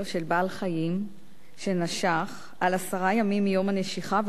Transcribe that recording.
של בעל-חיים שנשך על עשרה ימים מיום הנשיכה,